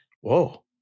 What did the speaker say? Whoa